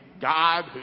God